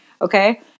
Okay